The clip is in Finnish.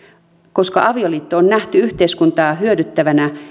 koska avioliitto on nähty yhteiskuntaa hyödyttävänä